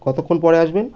কতক্ষণ পরে আসবেন